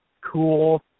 cool